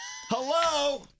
Hello